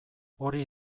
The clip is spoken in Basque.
hori